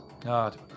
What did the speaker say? God